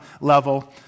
level